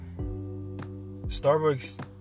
Starbucks